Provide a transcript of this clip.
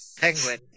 penguin